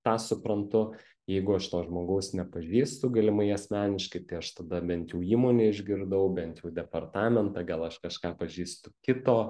tą suprantu jeigu aš to žmogaus nepažįstu galimai asmeniškai tai aš tada bent jau įmonė išgirdau bent jau departamentą gal aš kažką pažįstu kito